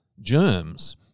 germs